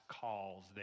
calls